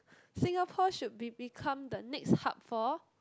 Singapore should be become the next hub for